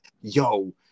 Yo